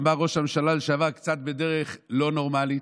אמר ראש הממשלה לשעבר: קצת בדרך לא נורמלית,